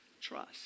trust